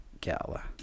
Gala